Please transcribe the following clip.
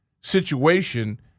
situation